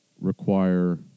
require